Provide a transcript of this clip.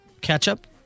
ketchup